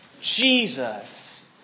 Jesus